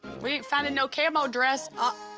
we ain't finding no camo dress. oh.